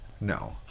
No